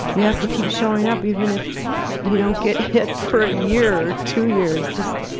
you have to keep showing up even if you don't get hit for a year or two years. just